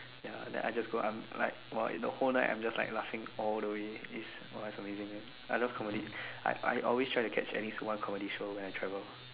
ya then I just go I'm like !wah! you know the whole night I'm just like laughing all the way is !wah! is amazing I love comedy I I always try to catch at least one comedy show when I travel